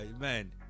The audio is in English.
man